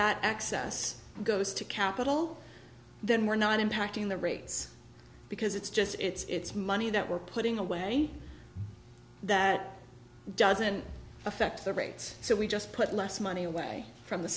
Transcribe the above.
that access goes to capital then we're not impacting the rates because it's just it's money that we're putting away that doesn't affect the rates so we just put less money away from the